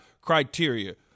criteria